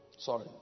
Sorry